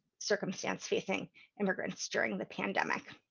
circumstance facing immigrants during the pandemic.